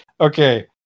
okay